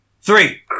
three